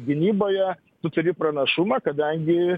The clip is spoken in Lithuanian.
gynyboje tu turi pranašumą kadangi